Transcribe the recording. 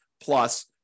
plus